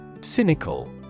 Cynical